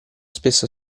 spesso